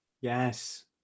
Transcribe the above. yes